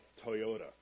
Toyota